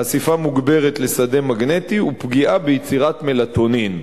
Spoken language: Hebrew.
חשיפה מוגברת לשדה מגנטי ופגיעה ביצירת מלטונין.